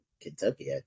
Kentucky